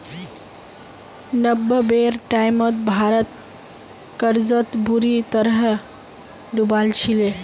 नब्बेर टाइमत भारत कर्जत बुरी तरह डूबाल छिले